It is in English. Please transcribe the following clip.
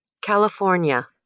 California